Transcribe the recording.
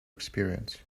experience